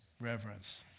Reverence